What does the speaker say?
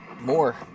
More